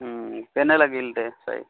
কেনে লাগিল তে চাই